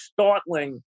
startling